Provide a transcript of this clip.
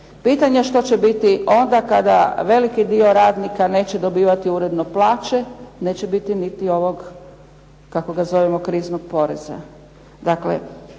Pitanje što će biti onda kada veliki dio radnika neće dobivati uredno plaće, neće biti niti ovog kako ga zovemo kriznog poreza.